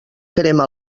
crema